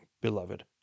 beloved